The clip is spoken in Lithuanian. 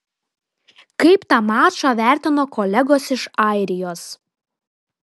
kaip tą mačą vertino kolegos iš airijos